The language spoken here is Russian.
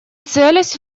целясь